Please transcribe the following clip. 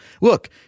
look